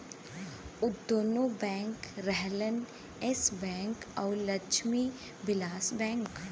दुन्नो बैंक रहलन Yes bank अउर लक्ष्मी विलास बैंक